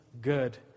good